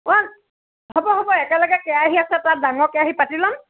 অ হ'ব হ'ব একেলগে কেৰাহী আছে তাত ডাঙৰ কেৰাহী পাতি ল'ম